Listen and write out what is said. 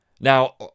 Now